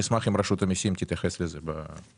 אשמח אם רשות המסים תתייחס לזה בהמשך.